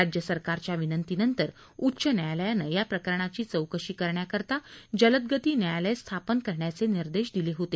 राज्य सरकारच्या विनंती नंतर उच्च न्यायालयानं या प्रकरणाची चौकशी करण्याकरता जलदगती न्यायालय स्थापन करण्याचे निर्देश दिले होते